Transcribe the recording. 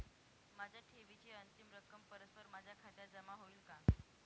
माझ्या ठेवीची अंतिम रक्कम परस्पर माझ्या खात्यात जमा होईल का?